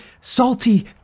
Salty